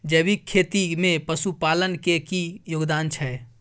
जैविक खेती में पशुपालन के की योगदान छै?